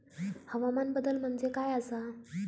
हवामान बदल म्हणजे काय आसा?